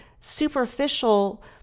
superficial